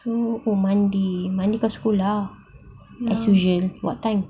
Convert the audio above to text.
so oh monday monday kau sekolah lah as usual what time